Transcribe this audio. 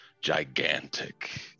Gigantic